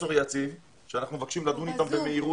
לפרופסור יציב, שאנחנו מבקשים לדון אתם במהירות,